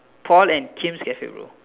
Paul and Kim's cafe bro